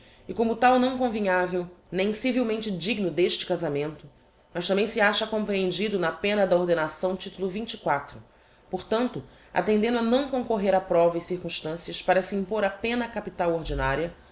e como tal não convinhavel nem civilmente digno d'este casamento mas tambem se acha comprehendido na pena da ordenação tit por tanto attendendo a não concorrer a prova e circumstancias para se impor a pena capital ordinaria